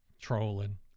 trolling